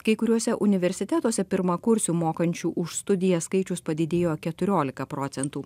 kai kuriuose universitetuose pirmakursių mokančių už studijas skaičius padidėjo keturiolika procentų